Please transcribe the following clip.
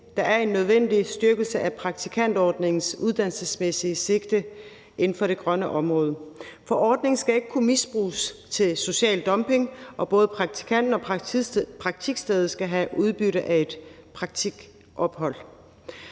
der er en nødvendig styrkelse af praktikantordningens uddannelsesmæssige sigte inden for det grønne område, for ordningen skal ikke kunne misbruges til social dumping, og både praktikanter og praktikstedet skal have udbytte af et praktikophold.